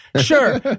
Sure